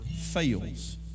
fails